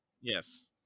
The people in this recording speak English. Yes